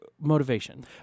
motivation